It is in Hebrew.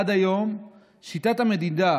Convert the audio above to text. עד היום שיטת המדידה